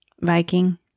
Viking